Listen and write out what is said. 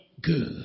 Good